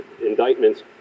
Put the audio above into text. indictments